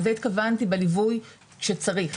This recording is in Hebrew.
לזה התכוונתי בליווי כשצריך.